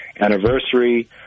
anniversary